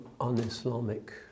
un-Islamic